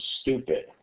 stupid